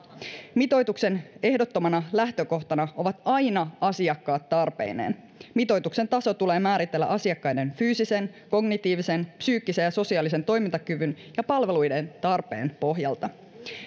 mitoituksen ehdottomana lähtökohtana ovat aina asiakkaat tarpeineen mitoituksen taso tulee määritellä asiakkaiden fyysisen kognitiivisen psyykkisen ja sosiaalisen toimintakyvyn ja palveluiden tarpeen pohjalta